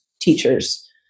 teachers